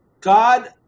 God